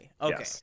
okay